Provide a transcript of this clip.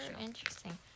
interesting